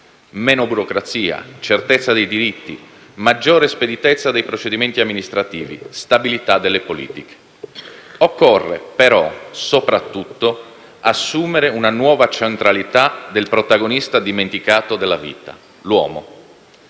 meno burocrazia, certezza dei diritti, maggiore speditezza dei procedimenti amministrativi e stabilità delle politiche. Occorre però soprattutto assumere una nuova centralità del protagonista dimenticato della vita: l'uomo.